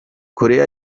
korea